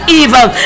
evil